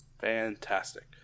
Fantastic